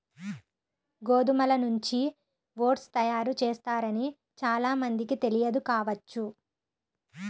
గోధుమల నుంచి ఓట్స్ తయారు చేస్తారని చాలా మందికి తెలియదు కావచ్చు